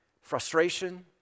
frustration